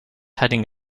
heading